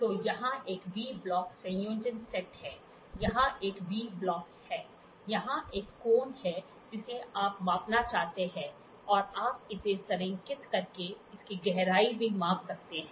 तो यहां एक वी ब्लॉक संयोजन सेट है यहां एक वी ब्लॉक है यहां एक कोण है जिसे आप मापना चाहते हैं और आप इसे संरेखित करके इसकी गहराई भी माप सकते हैं